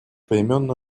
поименно